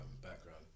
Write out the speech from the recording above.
background